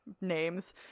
names